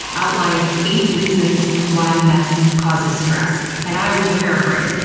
outlines eight reasons why mess causes stress, and i will paraphrase.